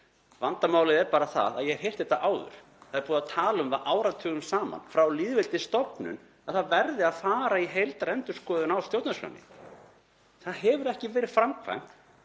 Vandamálið er bara það að ég hef heyrt þetta áður. Það er búið að tala um það áratugum saman, frá lýðveldisstofnun, að það verði að fara í heildarendurskoðun á stjórnarskránni. Það hefur ekki verið gert.